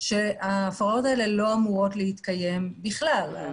שההפרות האלה לא אמורות להתקיים בכלל.